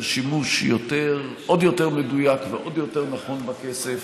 שימוש עוד יותר מדויק ועוד יותר נכון בכסף,